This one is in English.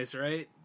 right